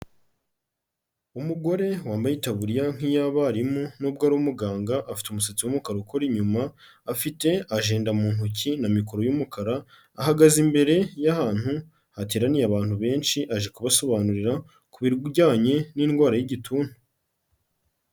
Umugore wambaye itaburiya nk'iy'abarimu nubwo ari umuganga, afite umusatsi w'umukara ukora inyuma, afite ajenda mu ntoki na mikoro y'umukara, ahagaze imbere y'ahantu hateraniye abantu benshi, aje kubasobanurira ku bijyanye n'indwara y'igituntu.